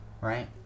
right